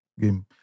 game